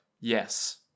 Yes